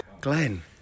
Glenn